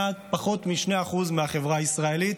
מעט פחות מ-2% מהחברה הישראלית,